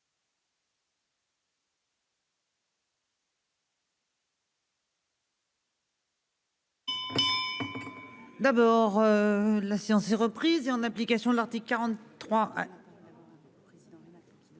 D'abord. La séance est reprise et en application de l'article 43